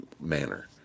manner